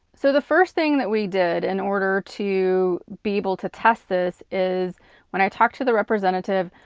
so, the first thing that we did in order to be able to test this is when i talked to the representative,